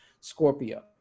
Scorpio